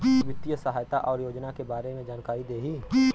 वित्तीय सहायता और योजना के बारे में जानकारी देही?